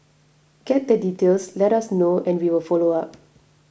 get the details let us know and we will follow up